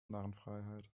narrenfreiheit